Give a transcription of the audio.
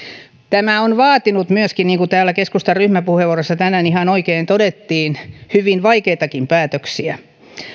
tämä on vaatinut niin kuin täällä keskustan ryhmäpuheenvuorossa tänään ihan oikein todettiin hyvin vaikeitakin päätöksiä